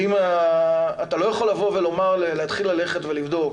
אתה לא יכול להתחיל ללכת ולבדוק